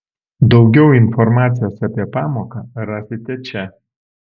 daugiau informacijos apie pamoką rasite čia